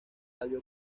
octavio